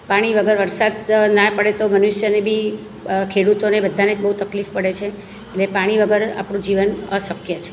પાણી વગર વરસાદ ના પડે તો મનુષ્યને બી ખેડૂતોને બધાને જ બહુ તકલીફ પડે છે ને પાણી વગર આપણું જીવન અશક્ય છે